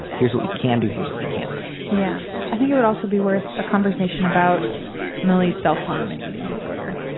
here's what we can do here's what we can't yeah i think you would also be worth a conversation about millie self-harm and eating disorder.